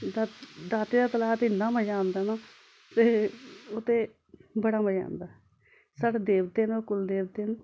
दाते दाते दा तलाऽ इ'न्ना मजा आंदा ना ते ओह् ते बड़ा मजा आंदा साढ़े देवते न कुल देवते न